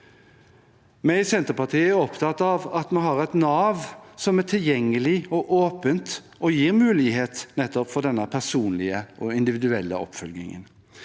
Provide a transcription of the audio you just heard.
Vi i Senterpartiet er opptatt av at vi har et Nav som er tilgjengelig og åpent, og som gir mulighet nettopp for denne personlige og individuelle oppfølgingen.